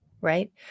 Right